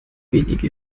wenige